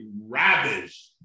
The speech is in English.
ravaged